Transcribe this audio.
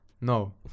No